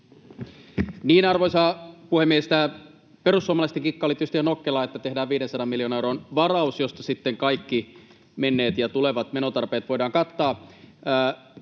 Arvoisa puhemies! Tämä perussuomalaisten kikka oli tietysti ihan nokkela, että tehdään 500 miljoonan euron varaus, josta sitten kaikki menneet ja tulevat menotarpeet voidaan kattaa.